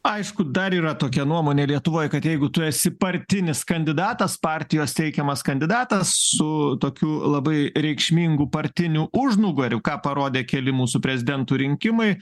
aišku dar yra tokia nuomonė lietuvoj kad jeigu tu esi partinis kandidatas partijos teikiamas kandidatas su tokiu labai reikšmingu partiniu užnugariu ką parodė keli mūsų prezidentų rinkimai